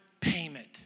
payment